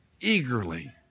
eagerly